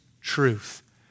truth